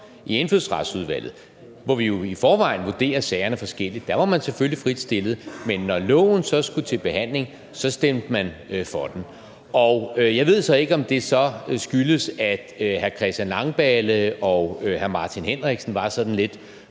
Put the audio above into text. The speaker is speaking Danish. i Indfødsretsudvalget, hvor vi jo i forvejen vurderer sagerne forskelligt, var man selvfølgelig fritstillede, men når loven så skulle til behandling, stemte man for den. Jeg ved ikke, om det så skyldes, at hr. Christian Langballe og hr. Martin Henriksen var sådan lidt